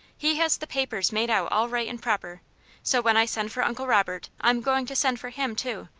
he has the papers made out all right and proper so when i send for uncle robert, i am going to send for him, too,